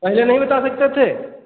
पहले नहीं बता सकते थे